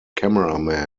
cameraman